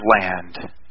land